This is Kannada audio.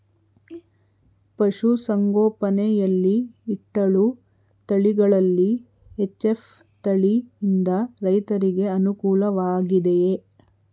ಪಶು ಸಂಗೋಪನೆ ಯಲ್ಲಿ ಇಟ್ಟಳು ತಳಿಗಳಲ್ಲಿ ಎಚ್.ಎಫ್ ತಳಿ ಯಿಂದ ರೈತರಿಗೆ ಅನುಕೂಲ ವಾಗಿದೆಯೇ?